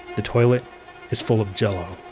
the toilet is full of jell-o.